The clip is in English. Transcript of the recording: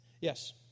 Yes